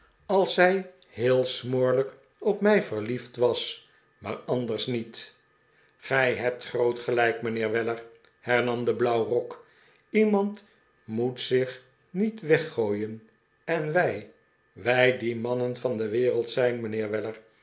als zij heel smoorlijk op mij verliefd was maar anders niet gij hebt groot gelijk mijnheer weller hernam de blauwrok iemand moet zich niet weggooien en wij wij die mannen van de wereld zijn mijnheer weller